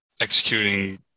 executing